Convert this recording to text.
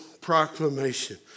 proclamation